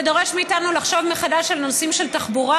זה דורש מאיתנו לחשוב מחדש על נושאים של תחבורה,